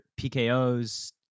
PKOs